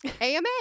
ama